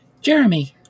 Jeremy